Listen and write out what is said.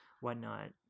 whatnot